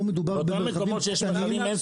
פה מדובר במרחבים קטנים.